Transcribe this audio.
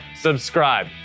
subscribe